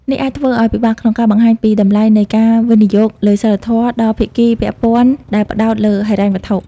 នេះអាចធ្វើឱ្យពិបាកក្នុងការបង្ហាញពីតម្លៃនៃការវិនិយោគលើសីលធម៌ដល់ភាគីពាក់ព័ន្ធដែលផ្ដោតលើហិរញ្ញវត្ថុ។